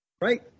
Right